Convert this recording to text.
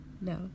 No